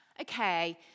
okay